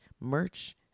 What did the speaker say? merch